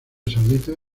saudita